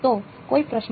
તો કોઈ પ્રશ્નો